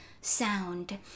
sound